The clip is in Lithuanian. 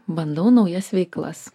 bandau naujas veiklas